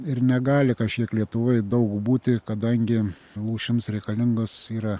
ir negali kažkiek lietuvoj daug būti kadangi lūšims reikalingas yra